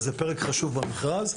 זה פרק חשוב במכרז,